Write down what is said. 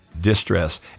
distress